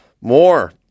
more